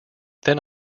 then